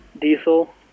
Diesel